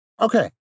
Okay